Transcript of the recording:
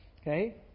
okay